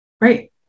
right